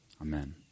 Amen